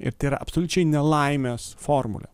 ir tai yra absoliučiai nelaimės formulė